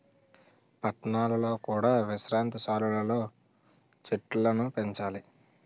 పట్టణాలలో కూడా విశ్రాంతి సాలలు లో చెట్టులను పెంచాలి